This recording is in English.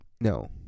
No